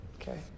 Okay